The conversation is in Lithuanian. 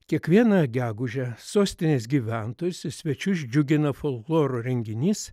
kiekvieną gegužę sostinės gyventojus ir svečius džiugina folkloro renginys